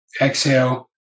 exhale